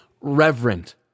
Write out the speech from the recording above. reverent